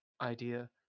idea